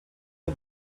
nur